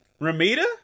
ramita